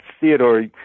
Theodore